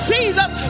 Jesus